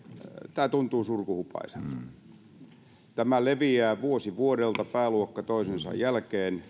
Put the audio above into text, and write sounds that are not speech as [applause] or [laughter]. tämä tuntuu surkuhupaisalta täällä leviää vuosi vuodelta pääluokka toisensa jälkeen [unintelligible]